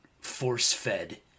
force-fed